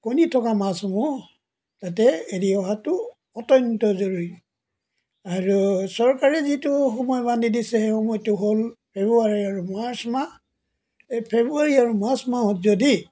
কণী থকা মাছসমূহ তাতে এৰি অহাটো অত্যন্ত জৰুৰী আৰু চৰকাৰে যিটো সময় বান্ধি দিছে সেই সময়টো হ'ল ফেব্ৰুৱাৰী আৰু মাৰ্চ মাহ এই ফেব্ৰুৱাৰী আৰু মাৰ্চ মাহত যদি